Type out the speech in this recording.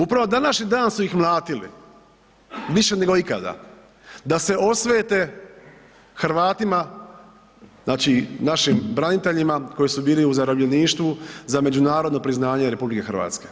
Upravo današnji dan su ih mlatiti više nego ikada da se osvete Hrvatima, znači našim braniteljima koji su bili u zarobljeništvu za međunarodno priznanje RH.